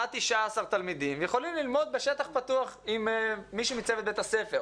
שעד 19 תלמידים יכולים ללמוד בשטח פתוח עם מישהו מצוות בית הספר,